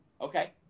Okay